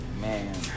Man